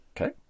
Okay